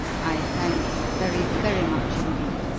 i thank you very, very much indeed.